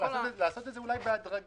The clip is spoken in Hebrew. אולי לעשות את זה בהדרגה.